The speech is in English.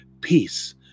Peace